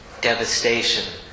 devastation